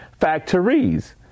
factories